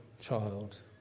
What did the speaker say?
child